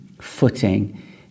footing